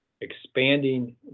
expanding